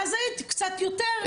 ואז היית קצת יותר מבינה.